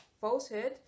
falsehood